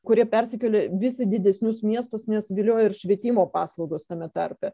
kurie persikelia vis į didesnius miestus nes vilioja ir švietimo paslaugos tame tarpe